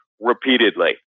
repeatedly